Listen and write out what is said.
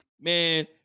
Man